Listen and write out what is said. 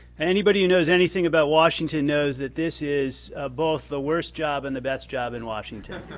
anybody who knows anything about washington knows that this is both the worst job and the best job in washington.